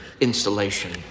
installation